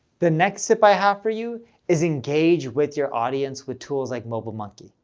the next tip i have for you is engage with your audience with tools like mobilemonkey.